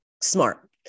Smart